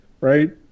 right